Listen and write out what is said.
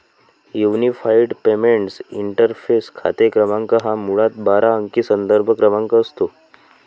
unified payments interface खाते क्रमांक हा मुळात बारा अंकी संदर्भ क्रमांक असतो